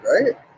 right